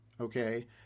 Okay